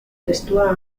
testua